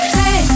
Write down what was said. hey